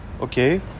Okay